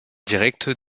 direkte